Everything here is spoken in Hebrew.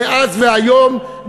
דאז והיום,